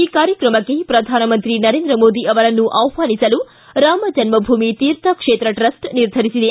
ಈ ಕಾರ್ಯಕ್ರಮಕ್ಕೆ ಪ್ರಧಾನಮಂತ್ರಿ ನರೇಂದ್ರ ಮೋದಿ ಅವರನ್ನು ಆಹ್ವಾನಿಸಲು ರಾಮ ಜನ್ಮಭೂಮಿ ತೀರ್ಥ ಕ್ಷೇತ್ರ ಟ್ರಸ್ಟ್ ನಿರ್ಧರಿಸಿದೆ